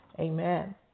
Amen